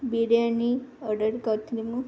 biryani order କରିଥିଲି ମୁଁ